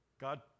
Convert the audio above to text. God